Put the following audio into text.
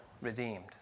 redeemed